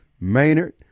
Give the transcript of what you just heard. Maynard